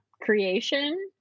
creation